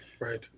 Right